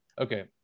okay